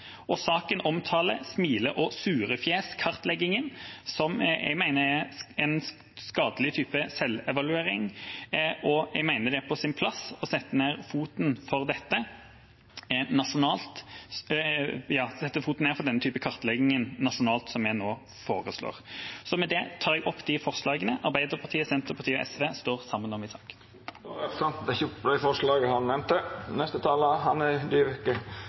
og saken omtaler smile-og-surefjes-kartleggingen, som jeg mener er en skadelig type selvevaluering. Jeg mener det er på sin plass å sette ned foten for denne type kartlegginger nasjonalt, som vi nå foreslår. Med dette tar jeg opp de forslagene Arbeiderpartiet, Senterpartiet og SV står sammen om i saken. Representanten Torstein Tvedt Solberg har teke opp dei forslaga han refererte til. Hovedregelen er